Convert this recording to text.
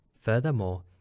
Furthermore